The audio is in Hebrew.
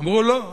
אמרו: לא,